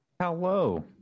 Hello